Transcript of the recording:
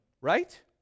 right